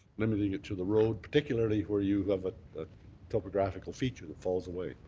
limiting it to the road, particularly where you have a topographical feature that falls away,